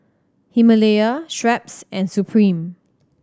Himalaya Schweppes and Supreme